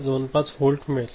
25 volt मिळेल